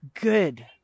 good